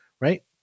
Right